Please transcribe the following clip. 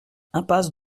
impasse